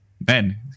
Ben